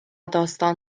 داستان